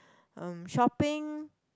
um shopping